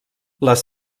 les